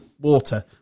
water